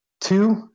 Two